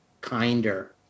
kinder